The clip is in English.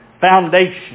foundation